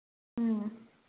ꯎꯝ